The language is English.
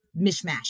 mishmash